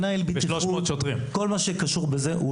מנהל בטיחות וכל מה שקשור בזה.